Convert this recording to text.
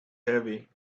heavy